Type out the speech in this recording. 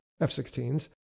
F-16s